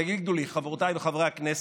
תגידו לי, חברותיי וחברי הכנסת,